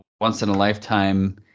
once-in-a-lifetime